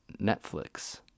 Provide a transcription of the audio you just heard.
Netflix